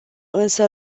însă